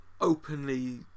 openly